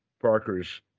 Parker's